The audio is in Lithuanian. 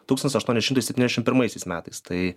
tūkstantis aštuoni šimtai septyniasdešim pirmaisiais metais tai